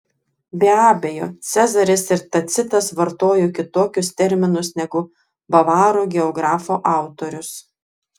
be abejo cezaris ir tacitas vartojo kitokius terminus negu bavarų geografo autorius